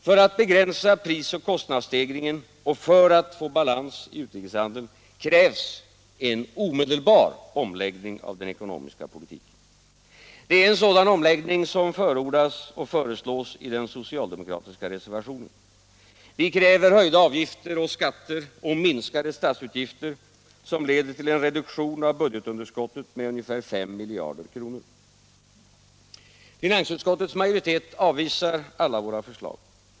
För att begränsa prisoch kostnadsstegringen och för att få balans i utrikeshandeln krävs en omedelbar omläggning av den ekonomiska politiken. Det är en sådan omläggning av politiken som föreslås i den socialdemokratiska reservationen. Vi kräver höjda avgifter och skatter och minskade statsutgifter som leder till en reduktion av budgetunderskottet med ca 5 miljarder kronor. Finansutskottets majoritet avvisar alla våra förslag.